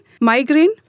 migraine